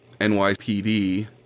NYPD